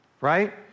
right